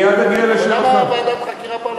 מה תעזור ועדת חקירה פרלמנטרית?